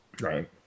Right